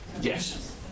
Yes